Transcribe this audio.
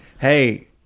Hey